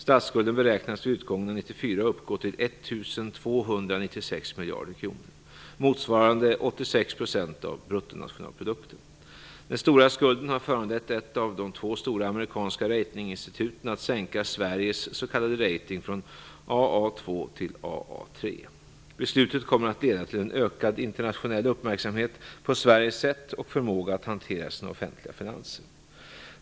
Statsskulden beräknas vid utgången av 1994 uppgå till 1 296 miljarder kronor, motsvarande 86 % av bruttonationalprodukten. Den stora skulden har föranlett ett av de två stora amerikanska ratinginstituten att sänka Sveriges s.k. rating från Aa2 till Aa3. Beslutet kommer att leda till en ökad internationell uppmärksamhet på Sveriges sätt och förmåga att hantera sina offentliga finanser.